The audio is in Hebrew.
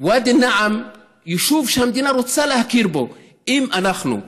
ואדי נעם, יישוב שהמדינה רוצה להכיר בו, אם אנחנו,